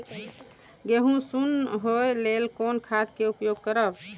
गेहूँ सुन होय लेल कोन खाद के उपयोग करब?